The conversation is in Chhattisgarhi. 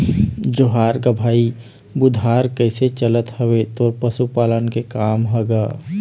जोहार गा भाई बुधार कइसे चलत हवय तोर पशुपालन के काम ह गा?